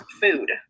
food